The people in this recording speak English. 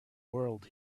world